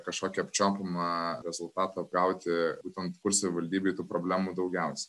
kažkokį apčiuopiamą rezultatą gauti ten kur savivaldybėj tų problemų daugiausia